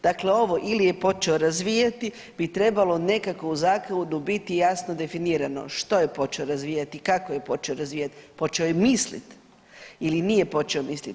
Dakle ovo ili je počeo razvijati bi trebalo nekako u zakonu biti jasno definirano što je počeo razvijati i kako je počeo razvijat, počeo je mislit ili nije počeo mislit.